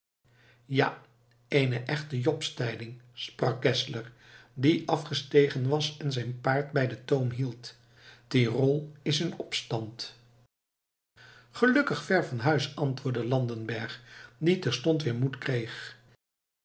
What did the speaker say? ja eene echte jobstijding sprak geszler die afgestegen was en zijn paard bij den toom hield tyrol is in opstand gelukkig ver van huis antwoordde landenberg die terstond weer moed kreeg